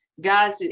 guys